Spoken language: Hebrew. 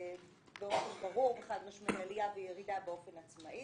באופן ברור וחד משמעי עלייה וירידה באופן עצמאי,